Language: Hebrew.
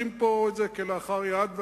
הם צריכים לעזוב את המשרדים שלהם.